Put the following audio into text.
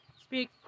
Speak